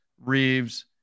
Reeves